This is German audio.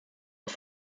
auf